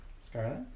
Scarlett